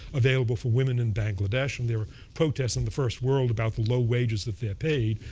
available for women in bangladesh. and there were protests in the first world about the low wages that they're paid.